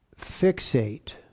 fixate